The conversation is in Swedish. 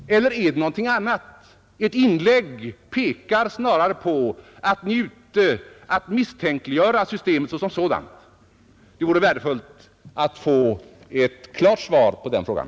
Eller är det någonting annat? Ert inlägg pekar snarare på att Ni är ute för att misstänkliggöra systemet såsom sådant. Det vore värdefullt att få ett klart svar på den frågan.